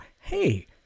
Hey